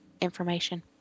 information